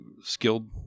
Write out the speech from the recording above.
skilled